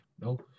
no